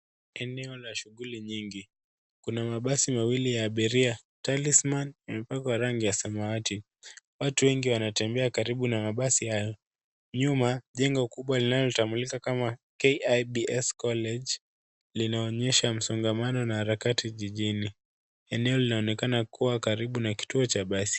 Eneo la shughuli nyingi. Kuna mabasi mawili ya abiria, Talisman imepakwa rangi ya samawati. Watu wengi wanatembea karibu na mabasi hayo. Nyuma, jengo kubwa linalotambulika kama KIBS College linaonyesha msongamano na harakati jijini. Eneo linaonekana kuwa karibu na kituo cha basi.